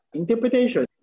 interpretation